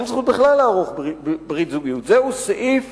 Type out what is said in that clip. זהו סעיף